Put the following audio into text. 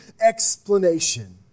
explanation